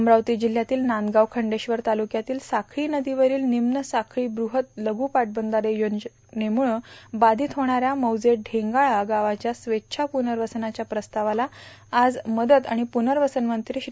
अमरावती जिल्ह्यातील नांदगाव खंडेश्वर तालुक्यातील साखळी नदीवरील निम्न साखळी बृहद लघु पाटबंधारे योजनेमुळं बाधित होणाऱ्या मौजे ढेंगाळा गावाच्या स्वेच्छा पुनर्वसनाच्या प्रस्तावास आज मदत आणि प्रनर्वसन मंत्री श्री